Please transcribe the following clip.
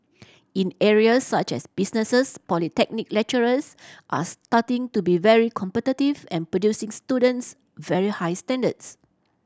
in areas such as businesses polytechnic lecturers are starting to be very competitive and producing students very high standards